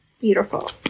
Beautiful